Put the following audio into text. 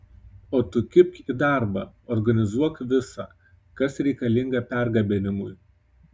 o tu kibk į darbą organizuok visa kas reikalinga pergabenimui